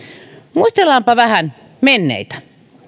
muistellaanpa vähän menneitä